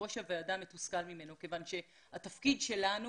ראש הוועדה מתוסכל ממנו כיוון שהתפקיד שלנו,